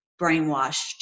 brainwashed